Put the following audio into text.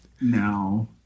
no